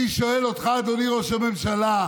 אני שואל אותך, אדוני ראש הממשלה,